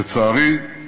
לצערי,